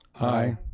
aye.